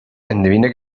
endevine